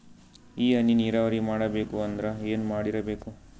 ಈ ಹನಿ ನೀರಾವರಿ ಮಾಡಬೇಕು ಅಂದ್ರ ಏನ್ ಮಾಡಿರಬೇಕು?